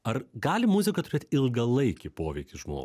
ar gali muzika turėt ilgalaikį poveikį žmo